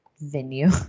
venue